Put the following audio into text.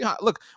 look